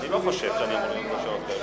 אני לא חושב שאני אמור לענות על שאלות כאלה.